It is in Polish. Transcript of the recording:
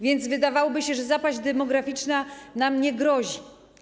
Wydawałoby się, że zapaść demograficzna nam nie grozi.